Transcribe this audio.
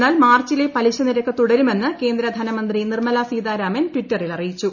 എന്നാൽ മാർച്ചിലെ പലിശ നിരക്ക് തുടരുമെന്ന് കേന്ദ്ര ധനമന്ത്രി നിർമ്മല സീതാരാമൻ ട്വിറ്ററിൽ അറിയിച്ചു